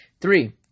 Three